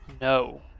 No